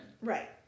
right